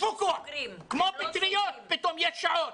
כמו פטריות פתאום יש שעות